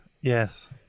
Yes